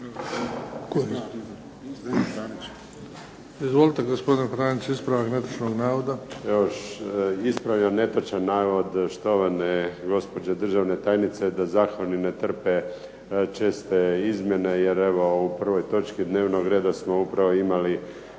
Izvolite gospodine Franić ispravak netočnog navoda. **Franić, Zdenko (SDP)** Evo ispravljam netočan navod štovane gospođe državne tajnice da zakoni ne trpe česte izmjene, jer evo u prvoj točki dnevnog reda smo upravo imali